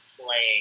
playing